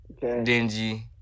dingy